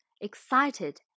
excited